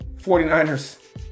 49ers